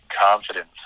confidence